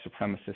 supremacist